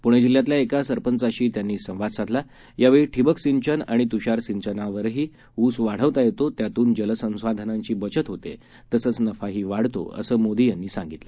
पूणे जिल्ह्यातल्या एका सरपंचाशी त्यांनी संवाद साधला त्यावेळी ठिबक सिंचन आणि तूषार सिंचनावरही ऊस वाढवता येतो त्यातून जलसंसाधनांची बचत होते तसंच नफाही वाढतो असं मोदी यांनी सांगितलं